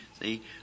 see